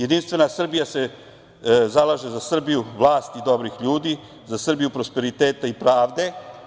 Jedinstvena Srbija se zalaže za Srbiju vlasti dobrih ljudi, za Srbiju prosperiteta i pravde.